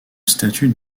statut